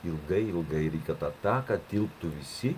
ilgai ilgai ir kad į tą taką tilptų visi